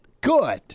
Good